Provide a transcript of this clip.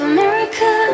America